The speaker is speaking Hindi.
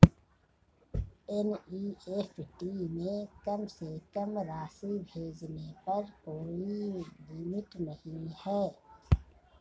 एन.ई.एफ.टी में कम से कम राशि भेजने पर कोई लिमिट नहीं है